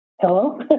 Hello